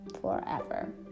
forever